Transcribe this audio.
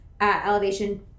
elevation